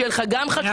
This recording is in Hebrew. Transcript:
כדי שיהיה לך גם חשמל,